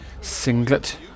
singlet